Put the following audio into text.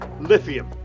lithium